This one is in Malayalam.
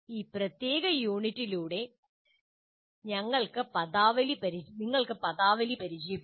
ഈ പ്രത്യേക യൂണിറ്റിലൂടെ നിങ്ങൾക്ക് പദാവലി പരിചയപ്പെടണം